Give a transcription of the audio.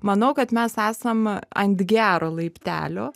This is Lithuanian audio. manau kad mes esam ant gero laiptelio